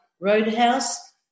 roadhouse